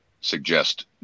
suggest